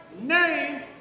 name